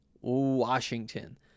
Washington